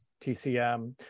TCM